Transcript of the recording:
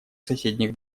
соседних